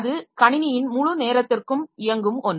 அது கணினியின் முழு நேரத்திற்கும் இயங்கும் ஒன்று